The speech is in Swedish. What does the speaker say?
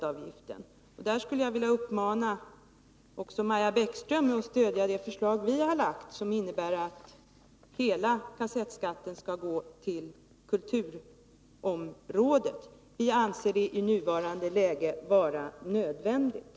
Jag skulle i det sammanhanget vilja uppmana också Maja Bäckström att stödja det förslag vi har lagt fram, som innebär att hela kassettskatten skall gå till kulturområdet. Vi anser detta vara nödvändigt i nuvarande läge.